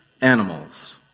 animals